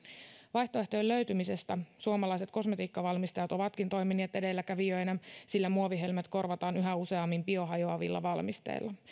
vaihtoehtojen löytymisessä suomalaiset kosmetiikkavalmistajat ovatkin toimineet edelläkävijöinä sillä muovihelmet korvataan yhä useammin biohajoavilla valmisteilla